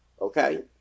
Okay